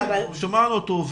שמענו אותו,